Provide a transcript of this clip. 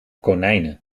konijnen